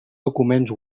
documents